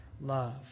love